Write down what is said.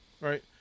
Right